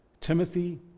Timothy